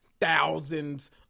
thousands